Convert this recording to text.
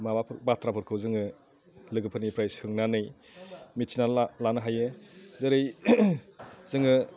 माबा बाथ्राफोरखौ जोङो लोगोफोरनिफ्राय सोंनानै मिन्थिनानै लानो हायो जेरै जोङो